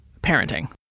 parenting